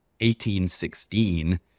1816